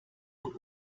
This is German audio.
wohl